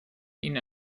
ihnen